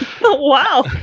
Wow